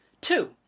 two